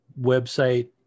website